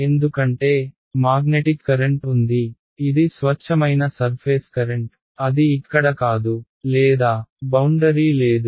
ఎందుకంటే magnetic current ఉంది ఇది స్వచ్ఛమైన సర్ఫేస్ కరెంట్ అది ఇక్కడ కాదు లేదా బౌండరీ లేదు